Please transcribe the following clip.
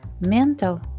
mental